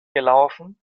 gelaufen